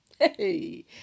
Hey